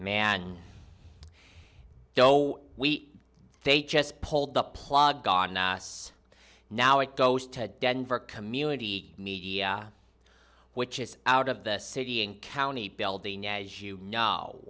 man no we they just pulled the plug on us now it goes to denver community media which is out of the city and county building as you know